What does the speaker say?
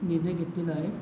निर्णय घेतलेला आहे